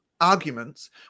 arguments